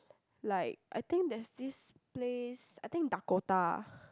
like I think there's this place I think Dakota